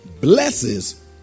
blesses